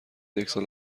یکسال